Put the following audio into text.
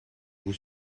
vous